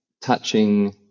touching